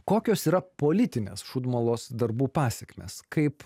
kokios yra politinės šūdmalos darbų pasekmės kaip